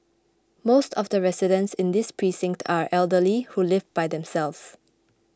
most of the residents in this precinct are elderly who live by themselves